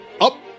up